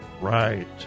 right